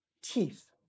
Teeth